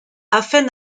afin